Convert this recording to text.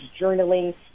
journaling